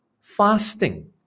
fasting